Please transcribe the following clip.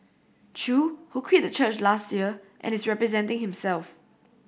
Chew who quit the church last year and is representing himself